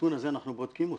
הנתון הזה אנחנו בודקים אותו.